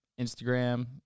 Instagram